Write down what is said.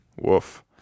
Woof